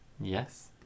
Yes